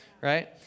right